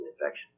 infection